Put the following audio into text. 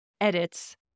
edits